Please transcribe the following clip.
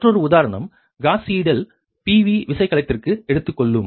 மற்றொரு உதாரணம் காஸ் சீடலை PV விசைக்கலத்திற்கு எடுத்துக் கொள்ளும்